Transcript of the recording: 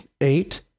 eight